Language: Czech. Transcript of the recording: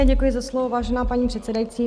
Děkuji za slovo, vážená paní předsedající.